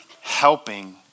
helping